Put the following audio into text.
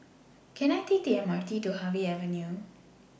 Can I Take The M R T to Harvey Avenue